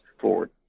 forward